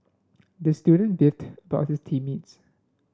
the student beefed about his team mates